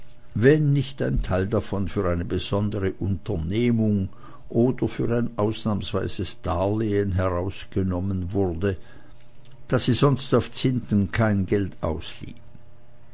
wenn nicht ein teil davon für eine besondere unternehmung oder für ein ausnahmsweises darlehen herausgenommen wurde da sie sonst auf zinsen kein geld